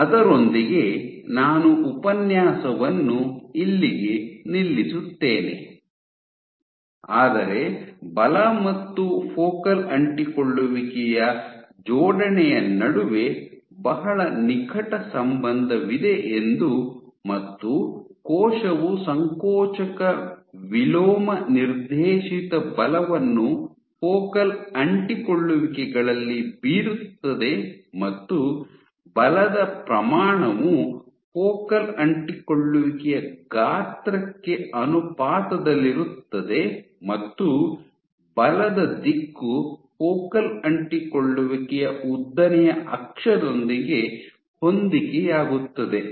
ಅದರೊಂದಿಗೆ ನಾನು ಉಪನ್ಯಾಸವನ್ನು ಇಲ್ಲಿಗೆ ನಿಲ್ಲಿಸುತ್ತೇನೆ ಆದರೆ ಬಲ ಮತ್ತು ಫೋಕಲ್ ಅಂಟಿಕೊಳ್ಳುವಿಕೆಯ ಜೋಡಣೆಯ ನಡುವೆ ಬಹಳ ನಿಕಟ ಸಂಬಂಧವಿದೆ ಎಂದು ಮತ್ತು ಕೋಶವು ಸಂಕೋಚಕ ವಿಲೋಮ ನಿರ್ದೇಶಿತ ಬಲವನ್ನು ಫೋಕಲ್ ಅಂಟಿಕೊಳ್ಳುವಿಕೆಗಳಲ್ಲಿ ಬೀರುತ್ತದೆ ಮತ್ತು ಬಲದ ಪ್ರಮಾಣವು ಫೋಕಲ್ ಅಂಟಿಕೊಳ್ಳುವಿಕೆಯ ಗಾತ್ರಕ್ಕೆ ಅನುಪಾತದಲ್ಲಿರುತ್ತದೆ ಮತ್ತು ಬಲದ ದಿಕ್ಕು ಫೋಕಲ್ ಅಂಟಿಕೊಳ್ಳುವಿಕೆಯ ಉದ್ದನೆಯ ಅಕ್ಷದೊಂದಿಗೆ ಹೊಂದಿಕೆಯಾಗುತ್ತದೆ